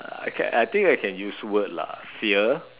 uh I can I think I can use word lah fear